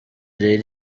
rero